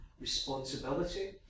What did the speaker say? responsibility